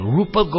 Rupa